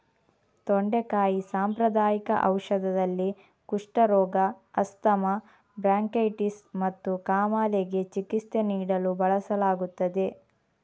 ತೊಂಡೆಕಾಯಿ ಸಾಂಪ್ರದಾಯಿಕ ಔಷಧದಲ್ಲಿ, ಕುಷ್ಠರೋಗ, ಆಸ್ತಮಾ, ಬ್ರಾಂಕೈಟಿಸ್ ಮತ್ತು ಕಾಮಾಲೆಗೆ ಚಿಕಿತ್ಸೆ ನೀಡಲು ಬಳಸಲಾಗುತ್ತದೆ